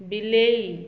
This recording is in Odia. ବିଲେଇ